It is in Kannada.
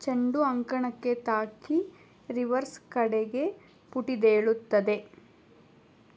ಚೆಂಡು ಅಂಕಣಕ್ಕೆ ತಾಕಿ ರಿವರ್ಸ್ ಕಡೆಗೆ ಪುಟಿದೇಳುತ್ತದೆ